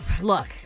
Look